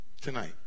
Tonight